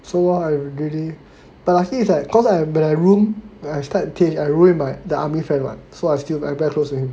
so what I really but I think it's like cause when I room I start I room with my army friend [what] so I'm very close to him